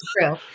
true